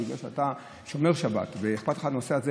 בגלל שאתה שומר שבת ואכפת לך הנושא הזה,